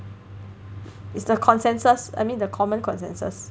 is the consensus I mean the common consensus